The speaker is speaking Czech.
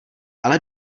ale